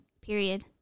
period